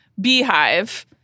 beehive—